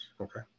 okay